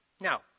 Now